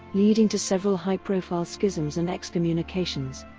leading to several high-profile schisms and excommunications.